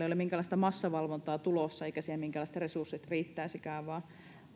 ei ole minkäänlaista massavalvontaa tulossa eivätkä siihen minkäänlaiset resurssit riittäisikään vaan tämä valvonta